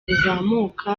buzamuka